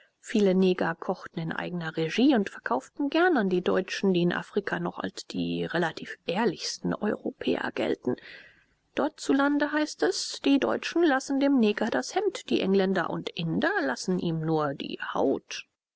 viele neger kochten in eigner regie und verkauften gern an die deutschen die in afrika noch als die relativ ehrlichsten europäer gelten dortzulande heißt es die deutschen lassen dem neger das hemd die engländer und inder lassen ihm nur die haut